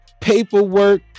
paperwork